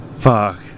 Fuck